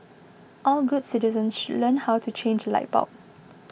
all good citizens should learn how to change light bulb